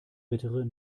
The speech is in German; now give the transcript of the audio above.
bittere